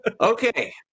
Okay